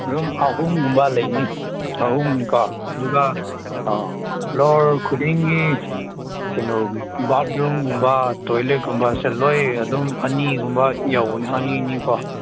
room ꯑꯍꯨꯝꯒꯨꯝꯕ ꯂꯩꯅꯤ ꯑꯍꯨꯝꯅꯤꯀꯣ ꯑꯗꯨꯒ ꯐ꯭ꯂꯣꯔ ꯈꯨꯗꯤꯡꯒꯤ ꯀꯩꯅꯣ ꯕꯥꯔꯠꯔꯨꯝꯒꯨꯝꯕ ꯇꯣꯏꯂꯦꯠꯒꯨꯝꯕꯁꯦ ꯂꯣꯏꯅ ꯑꯗꯨꯝ ꯑꯅꯤꯒꯨꯝꯕ ꯌꯥꯎꯕꯅꯤ ꯑꯅꯤ ꯑꯅꯤ ꯀꯣ